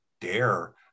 dare